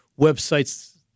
websites